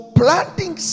planting